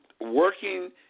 working